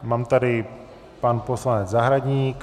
Mám tady pan poslanec Zahradník.